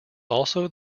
also